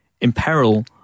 imperil